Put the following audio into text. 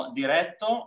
diretto